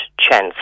chance